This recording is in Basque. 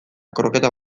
kroketa